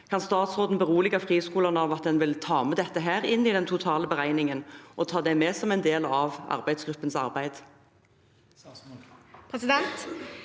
Kan statsråden berolige friskolene med at en vil ta med dette inn i den totale beregningen og ta det med som en del av arbeidsgruppens arbeid?